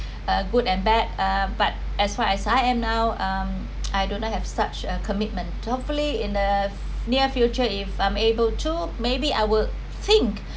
a good and bad uh but as far as I am now um I do not have such a commitment so hopefully in the near future if I'm able to maybe I will think